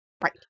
Right